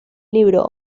libro